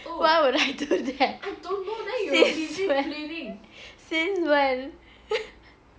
why would I do that since when